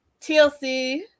TLC